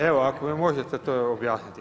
Evo ako mi možete to objasniti.